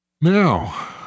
Now